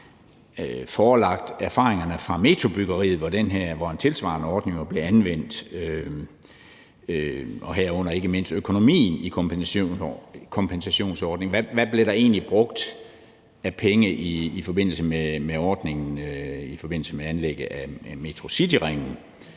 forelagt erfaringerne fra metrobyggeriet, hvor en tilsvarende ordning jo blev anvendt, herunder ikke mindst økonomien i kompensationsordningen: Hvad blev der egentlig brugt af penge i forbindelse med ordningen i forbindelse med anlægget af Metrocityringen?